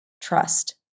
trust